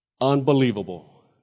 Unbelievable